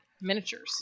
miniatures